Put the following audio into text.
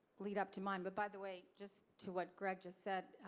lead up to mine, but by the way, just to what greg just said,